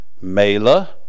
Mela